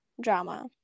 drama